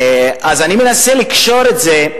אז אני מנסה לקשור את זה.